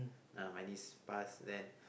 ya my niece pass then